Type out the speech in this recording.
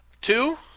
Two